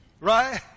Right